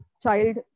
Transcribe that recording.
child